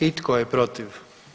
I tko je protiv?